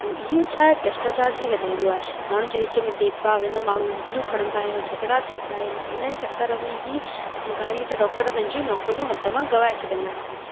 हू इहो छा आहे भ्रष्टाचार ई वधाईंदो आहे माण्हू जे विच में भेदभाव आहिनि माण्हू उंगलियूं खणंदा आहिनि झगड़ा थींदा आहिनि इन जे चकर में ई घणेई डॉक्टर पंहिंजी नौकरियूं हथ मां गवाए छॾंदा आहिनि